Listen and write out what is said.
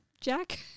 Jack